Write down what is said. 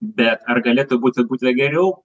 bet ar galėtų būti būti geriau